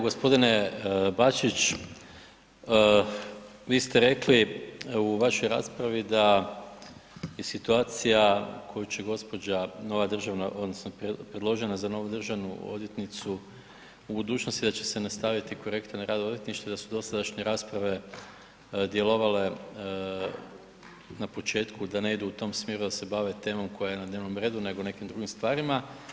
G. Bačić, vi ste rekli u vašoj raspravi da je situacija koju će gospođa nova državna odnosno predložena za novu državnu odvjetnicu, u budućnosti da će se nastaviti projekt na rad odvjetništva i da su dosadašnje rasprave djelovale na početku da ne idu u tom smjeru, da se bave temom koja je na dnevnom redu nego o nekim drugim stvarima.